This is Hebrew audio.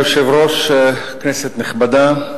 אדוני היושב ראש, כנסת נכבדה,